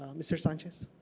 um mr. sanchez.